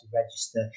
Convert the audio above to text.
register